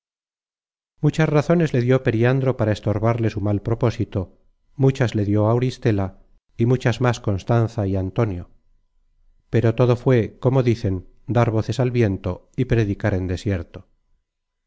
muchas razones le dijo periandro para estorbarle su mal propósito muchas le dijo auristela y muchas más constanza y antonio pero todo fué como dicen dar voces al viento y predicar en desierto